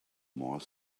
more